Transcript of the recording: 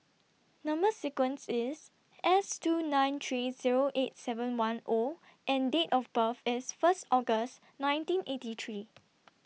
Number sequence IS S two nine three Zero eight seven one O and Date of birth IS First August nineteen eighty three